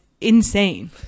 insane